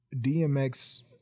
dmx